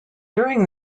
during